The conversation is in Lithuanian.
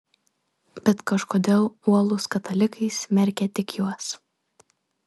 bet kažkodėl uolūs katalikai smerkia tik juos